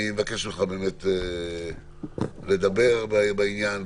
אני מבקש ממך לדבר בעניין,